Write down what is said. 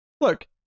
Look